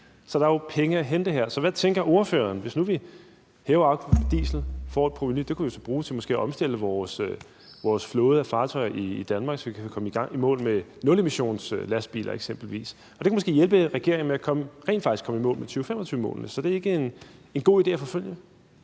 så der er jo penge at hente her. Så hvad tænker ordføreren, hvis vi nu hæver afgiften på diesel og får et provenu, som vi måske kunne bruge til at omstille vores flåde af fartøjer i Danmark, så vi kan komme i mål med nulemissionslastbiler eksempelvis? Det kan måske hjælpe regeringen med rent faktisk at komme i mål med 2025-målene – så er det ikke en god idé at forfølge